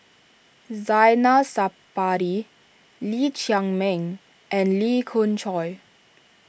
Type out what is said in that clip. Zainal Sapari Lee Chiaw Meng and Lee Khoon Choy